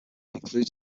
includes